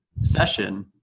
session